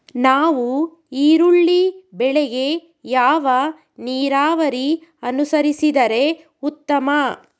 ನಾವು ಈರುಳ್ಳಿ ಬೆಳೆಗೆ ಯಾವ ನೀರಾವರಿ ಅನುಸರಿಸಿದರೆ ಉತ್ತಮ?